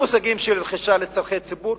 במושגים של רכישה לצורכי ציבור,